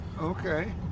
Okay